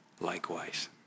likewise